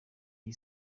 iyi